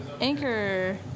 anchor